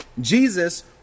Jesus